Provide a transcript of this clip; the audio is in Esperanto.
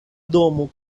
domo